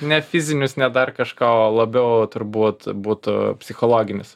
ne fizinius ne dar kažką o labiau turbūt būtų psichologinis